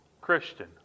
Christian